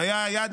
היה באמת שינוי,